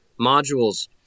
modules